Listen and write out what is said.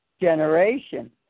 generation